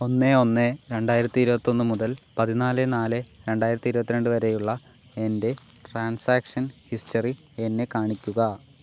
ഒന്ന് ഒന്ന് രണ്ടായിരത്തി ഇരുപത്തിയൊന്ന് മുതൽ പതിനാല് നാല് രണ്ടായിരത്തി ഇരുപത്തിരണ്ട് വരെയുള്ള എൻ്റെ ട്രാൻസാക്ഷൻ ഹിസ്റ്ററി എന്നെ കാണിക്കുക